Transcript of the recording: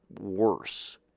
worse